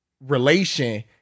relation